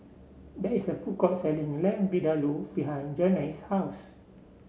there is a food court selling Lamb Vindaloo behind Janay's house